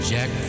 Jack